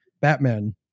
Batman